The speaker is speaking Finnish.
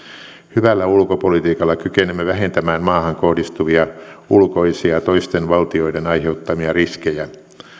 hyvällä ulkopolitiikalla kykenemme vähentämään maahan kohdistuvia ulkoisia toisten valtioiden aiheuttamia riskejä